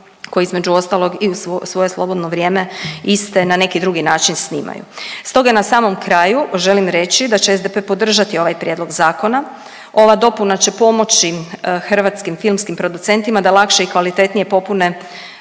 koji između ostalog i u svoje slobodno vrijeme iste na neki drugi način snimaju. Stoga i na samom kraju želim reći da će SDP podržati ovaj prijedlog zakona. Ova dopuna će pomoći hrvatskim filmskim producentima da lakše i kvalitetnije popune